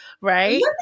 right